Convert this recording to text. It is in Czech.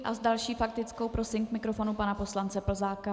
A s další faktickou prosím k mikrofonu pana poslance Plzáka.